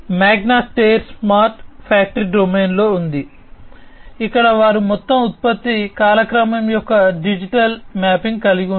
మాగ్నా Steyr smart factory డొమైన్లో ఉంది ఇక్కడ వారు మొత్తం ఉత్పత్తి కాలక్రమం యొక్క డిజిటల్ మ్యాపింగ్ను కలిగి ఉన్నారు